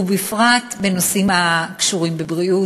ובפרט בנושאים הקשורים בבריאות,